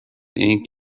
ink